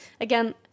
again